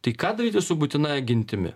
tai ką daryti su būtinąja gintimi